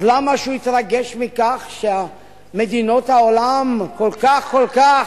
אז למה שהוא יתרגש מכך שמדינות העולם כל כך כל כך,